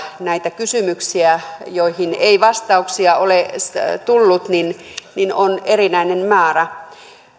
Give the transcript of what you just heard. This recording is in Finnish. näitä kysymyksiä joihin ei vastauksia ole tullut on erinäinen määrä